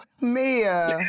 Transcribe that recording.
Mia